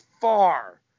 far